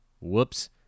Whoops